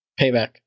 Payback